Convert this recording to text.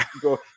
go